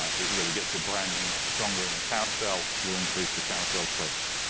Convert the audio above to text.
ah it really gets your branding much stronger in the carousel, will increase your carousel clicks.